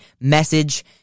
message